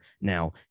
Now